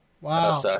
Wow